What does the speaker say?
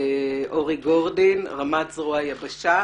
אורי גורדין ראש מטה זרוע היבשה.